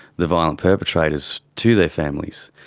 the violent perpetrators to their families.